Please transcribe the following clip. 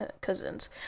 cousins